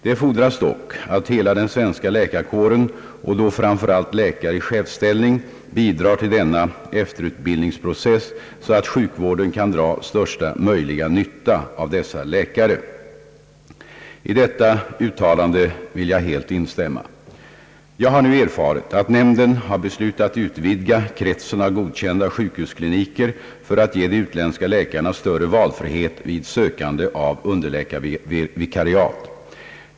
Det fordras dock att hela den svenska läkarkåren och då framför allt läkare i chefsställning bidrar till denna efterutbildningsprocess så att sjukvården kan dra största möjliga nytta av dessa läkare.» I detta uttalande vill jag helt instämma. Jag har nu erfarit att nämnden har beslutat utvidga kretsen av godkända sjukhuskliniker för att ge de utländska läkarna större valfrihet vid sökande av underläkarvikariat.